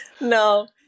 No